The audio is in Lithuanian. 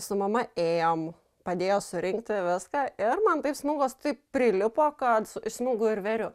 su mama ėjom padėjo surinkti viską ir man taip smilgos taip prilipo kad iš smilgų ir veriu